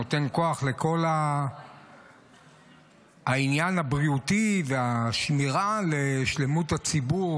נותן כוח לכל העניין הבריאותי והשמירה על שלמות הציבור,